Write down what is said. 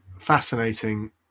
fascinating